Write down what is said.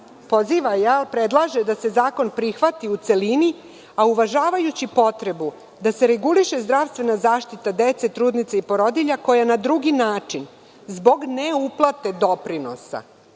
poziva, predlaže da se zakon prihvati u celini, a uvažavajući potrebu da se reguliše zdravstvena zaštita dece, trudnica i porodilja koja se na drugi način zbog ne uplate doprinosa